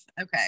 Okay